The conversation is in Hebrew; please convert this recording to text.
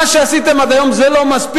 מה שעשיתם עד היום זה לא מספיק,